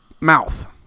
mouth